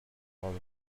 father